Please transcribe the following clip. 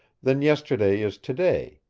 then yesterday is to-day,